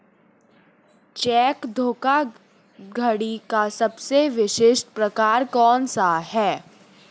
Check धोखाधड़ी का सबसे विशिष्ट प्रकार कौन सा है?